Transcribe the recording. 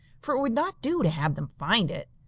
for it would not do to have them find it.